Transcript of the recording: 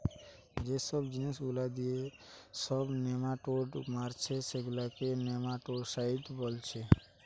যে জিনিস গুলা দিয়ে সব নেমাটোড মারছে সেগুলাকে নেমাটোডসাইড বোলছে